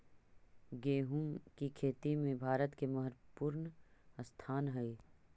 गोहुम की खेती में भारत के महत्वपूर्ण स्थान हई